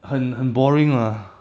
很很 boring lah